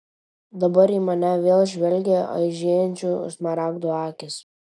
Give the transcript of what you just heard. dabar į mane vėl žvelgė aižėjančių smaragdų akys